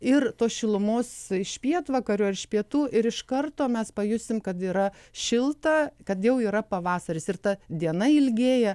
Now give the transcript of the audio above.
ir tos šilumos iš pietvakarių ar iš pietų ir iš karto mes pajusime kad yra šilta kad jau yra pavasaris ir ta diena ilgėja